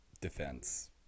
defense